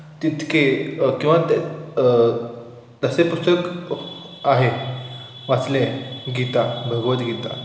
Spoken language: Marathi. तितके किंवा ते तसे पुस्तक आहे वाचले आहे गीता भगवत गीता